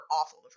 awful